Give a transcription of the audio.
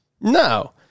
No